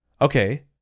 okay